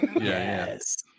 Yes